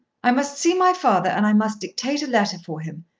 i must see my father and i must dictate a letter for him.